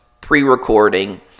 pre-recording